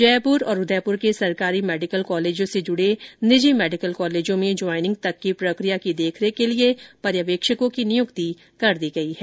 जयपुर और उदयपुर के सरकारी मेडिकल कॉलेजों से जुड़े निजी मेडिकल कॉलेजों में ज्वाईनिंग तक की प्रक्रिया की देखरेख के लिए पर्यवेक्षकों की नियुक्ति कर दी गई है